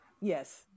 yes